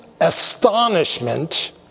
astonishment